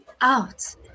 out